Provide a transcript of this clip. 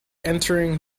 entering